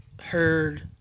heard